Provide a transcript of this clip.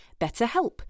BetterHelp